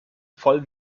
voll